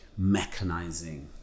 mechanizing